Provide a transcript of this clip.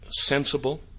sensible